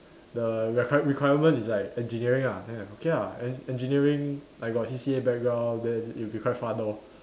the require requirement is like engineering ah then I okay ah en~ engineering I got C_C_A background then it'll be quite fun lor